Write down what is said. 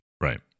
Right